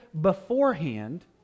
beforehand